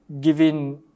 giving